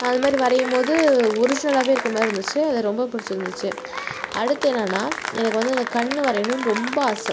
அது மாதிரி வரையும் போது ஒரிஜினலாகவே இருக்க மாதிரி இருந்துச்சு அது ரொம்பவே பிடிச்சுருந்துச்சி அடுத்து என்னன்னால் எனக்கு வந்து இந்த கண் வரையணும்னு ரொம்ப ஆசை